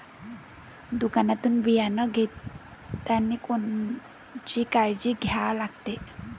दुकानातून बियानं घेतानी कोनची काळजी घ्या लागते?